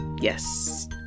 yes